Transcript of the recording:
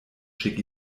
schick